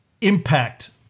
impact